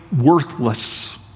worthless